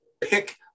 pick